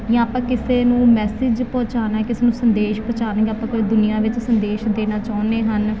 ਜਾਂ ਆਪਾਂ ਕਿਸੇ ਨੂੰ ਮੈਸੇਜ ਪਹੁੰਚਾਉਣਾ ਕਿਸੇ ਨੂੰ ਸੰਦੇਸ਼ ਪਹੁੰਚਾਉਣੇ ਆਪਾਂ ਕੋਈ ਦੁਨੀਆ ਵਿੱਚ ਸੰਦੇਸ਼ ਦੇਣਾ ਚਾਹੁੰਦੇ ਹਨ